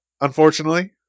unfortunately